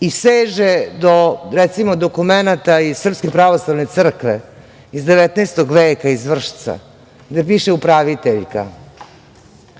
i seže do, recimo, dokumenata iz Srpske pravoslavne crkve, iz 19. veka, iz Vršca, gde piše – upraviteljka.